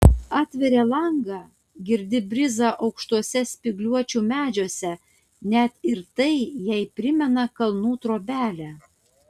atveria langą girdi brizą aukštuose spygliuočių medžiuose net ir tai jai primena kalnų trobelę